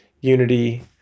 unity